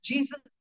Jesus